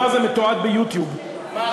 הדבר הזה מתועד ב"יוטיוב" מה?